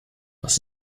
was